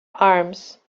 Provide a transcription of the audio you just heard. arms